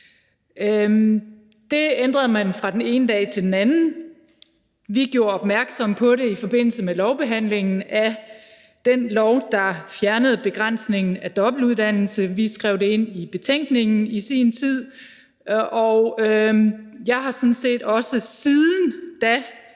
Det ændrede man fra den ene dag til den anden. Vi gjorde opmærksom på det i forbindelse med behandlingen af det lovforslag, der fjernede begrænsningen på dobbeltuddannelse. Vi skrev det ind i betænkningen i sin tid, og jeg har sådan set også siden da